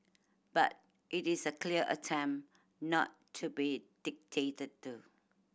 but it is a clear attempt not to be dictated to